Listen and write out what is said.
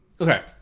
Okay